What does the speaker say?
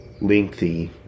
lengthy